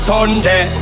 Sunday